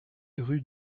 rue